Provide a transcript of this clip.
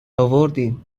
آوردین